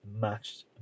matched